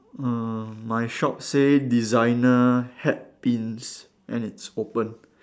uh my shop say designer hat pins and it's opened